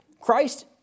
Christ